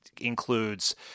includes